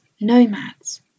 nomads